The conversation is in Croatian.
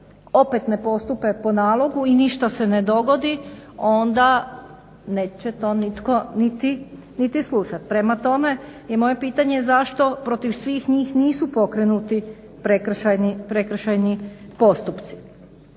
opet ne postupe po nalogu i ništa se ne dogodi, onda neće to nitko niti slušat. Prema tome, i moje pitanje je zašto protiv svih njih nisu pokrenuti prekršajni postupci.